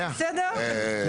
בסדר?